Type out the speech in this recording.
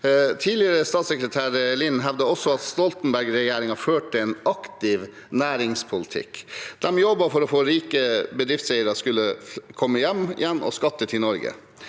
Tidligere statssekretær Lind hevdet også at Stoltenberg-regjeringen førte en aktiv næringspolitikk. De jobbet for å få rike bedriftseiere til å komme hjem igjen og skatte til Norge.